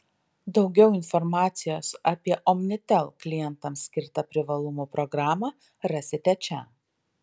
daugiau informacijos apie omnitel klientams skirtą privalumų programą rasite čia